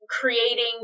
Creating